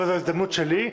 וזאת הזדמנות שלי,